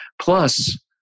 Plus